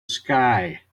sky